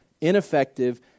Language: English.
ineffective